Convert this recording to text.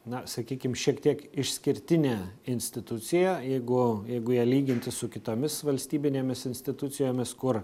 na sakykim šiek tiek išskirtinė institucija jeigu jeigu ją lyginti su kitomis valstybinėmis institucijomis kur